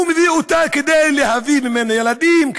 הוא מביא אותה כדי להביא ממנה ילדים,